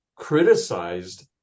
criticized